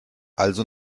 also